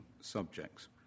subjects